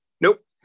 Nope